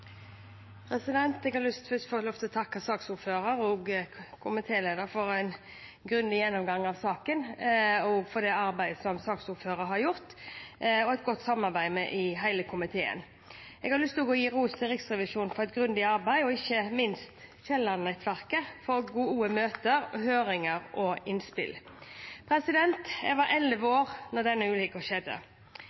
har. Først vil jeg få lov til å takke saksordføreren og også komitélederen for en grundig gjennomgang av saken, og også for det arbeidet som saksordføreren har gjort, og for et godt samarbeid i hele komiteen. Jeg vil også gi ros til Riksrevisjonen for et grundig arbeid, og ikke minst til Kielland-nettverket for gode møter, høringer og innspill. Jeg var elleve år da denne ulykken skjedde.